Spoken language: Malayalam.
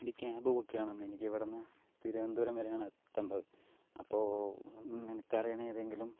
ഒര് ക്യാബ് ബുക്ക് ചെയ്യണം എനിക്ക് ഇവിടെ നിന്ന് തിരുവനന്തപുരം വരെയാണ് എത്തേണ്ടത് അപ്പോൾ നിനക്ക് അറിയണ ഏതെങ്കിലും